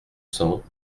cents